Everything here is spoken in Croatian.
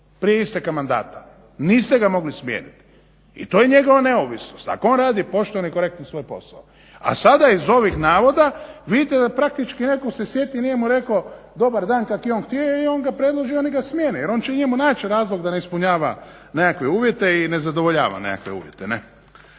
prije isteka mandata, niste ga mogli smijeniti. I to je njegova neovisnost, ako on radi pošteno i korektno svoj posao. A sada iz ovih navoda vidite da praktički netko se sjeti nije mu rekao dobar dan kako je on htio i on ga predloži i oni ga smijene jer oni će njemu naći razlog da ne ispunjava nekakve uvjete i ne zadovoljava nekakve uvjete.